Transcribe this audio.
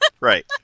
Right